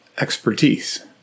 expertise